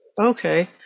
Okay